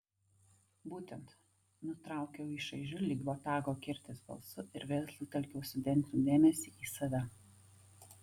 būtent nutraukiau jį šaižiu lyg botago kirtis balsu ir vėl sutelkiau studentų dėmesį į save